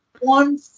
one